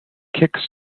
kicks